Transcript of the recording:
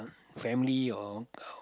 family or